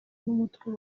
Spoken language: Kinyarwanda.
n’umutwe